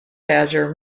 badger